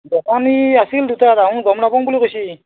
দোকানী আছিল দুটা তাহুন গম নাপাওঁ বুলি কৈছে